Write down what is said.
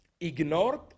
ignored